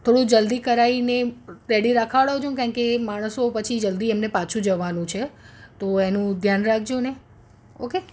થોડું જલ્દી કરાવીને રેડી રખાવડાવજો ને કારણ કે માણસો પછી એમને જલ્દી પાછું જવાનું છે તો એનું ધ્યાન રાખજો ને ઓકે